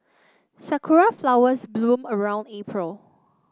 sakura flowers bloom around April